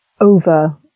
over